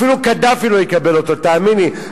אפילו קדאפי לא יקבל אותו, תאמין לי.